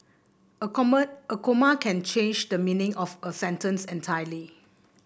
a comma can change the meaning of a sentence entirely